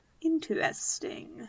interesting